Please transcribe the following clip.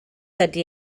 ydy